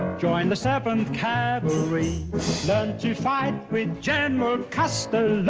join the seventh cavalry. don't you fight with general custer.